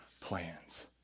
plans